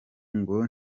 ngo